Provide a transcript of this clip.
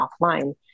offline